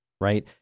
right